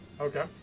Okay